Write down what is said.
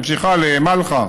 ממשיכה למלחה,